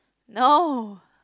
no